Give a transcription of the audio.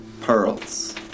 pearls